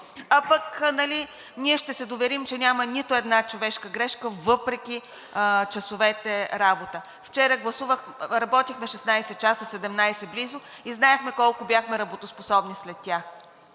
а пък ние ще се доверим, че няма нито една човешка грешка въпреки часовете работа. Вчера работихме 16, близо 17 часа и знаем колко бяхме работоспособни след тях.